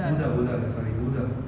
ஊதா ஊதா:oothaa oothaa sorry ஊதா:oothaa